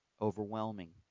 overwhelming